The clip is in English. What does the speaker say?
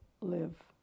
live